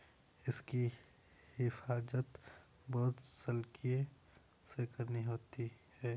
इसकी हिफाज़त बहुत सलीके से करनी होती है